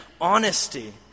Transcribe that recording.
honesty